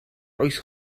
oes